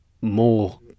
more